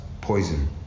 poison